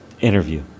interview